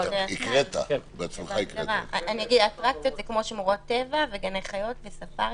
האטרקציות הן כמו שמורת טבע וגני חיות וספארי.